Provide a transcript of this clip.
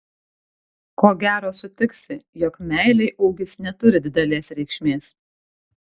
ko gero sutiksi jog meilei ūgis neturi didelės reikšmės